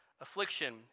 affliction